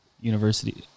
university